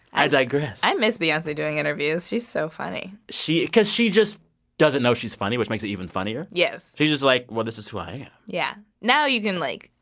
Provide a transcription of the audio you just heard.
i digress i miss beyonce doing interviews. she's so funny she because she just doesn't know she's funny, which makes it even funnier yes she's just like, well, this is who i am yeah. now you can, like,